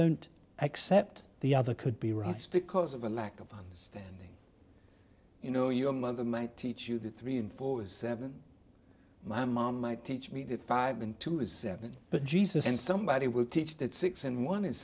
don't accept the other could be rustic because of a lack of understanding you know your mother might teach you that three and four was seven my mom might teach me that five and two is seven but jesus and somebody will teach that six and one is